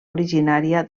originària